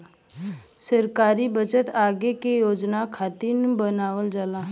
सरकारी बजट आगे के योजना खातिर बनावल जाला